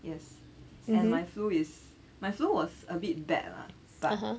yes and my flu is my flu was a bit bad lah but